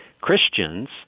Christians—